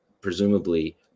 presumably